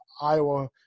Iowa